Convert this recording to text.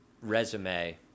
resume